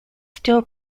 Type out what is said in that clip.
still